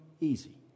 easy